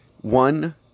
one